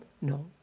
no